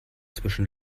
zwischen